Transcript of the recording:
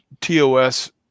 TOS